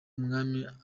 umwami